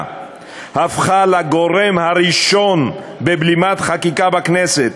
הפכה לגורם הראשון בבלימת חקיקה בכנסת,